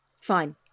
Fine